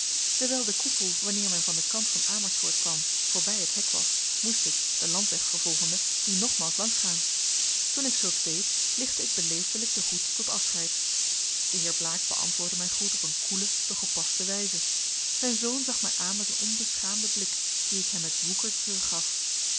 dewijl de koepel wanneer men van den kant van amersfoort kwam voorbij het hek was moest ik den landweg vervolgende dien nogmaals langs gaan toen ik zulks deed lichtte ik beleefdelijk den hoed tot afscheid de heer blaek beantwoordde mijn groet op een koele doch gepaste wijze zijn zoon zag mij aan met een onbeschaamden blik dien ik hem met woeker teruggaf